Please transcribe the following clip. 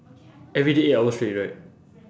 everyday eight hours straight right